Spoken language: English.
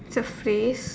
the face